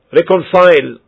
reconcile